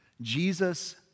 Jesus